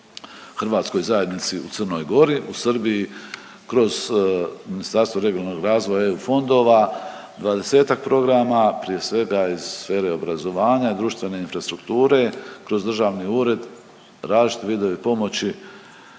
hrvatskoj zajednici u Crnoj Gori, u Srbiji kroz Ministarstvo regionalnog razvoja i EU fondova 20 programa prije svega iz sfere obrazovanja, društvene infrastrukture, kroz državni ured različiti vidovi pomoći